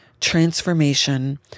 transformation